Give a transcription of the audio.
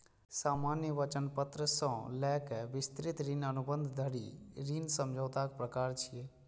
सामान्य वचन पत्र सं लए कए विस्तृत ऋण अनुबंध धरि ऋण समझौताक प्रकार छियै